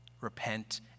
Repent